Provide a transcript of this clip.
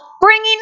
bringing